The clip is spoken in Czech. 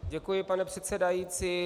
Děkuji, pane předsedající.